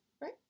right